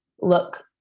look